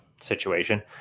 situation